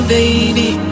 baby